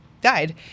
died